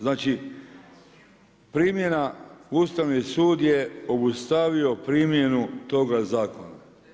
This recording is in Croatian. Znači, primjena, Ustavni sud je obustavio primjenu toga zakona.